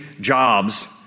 jobs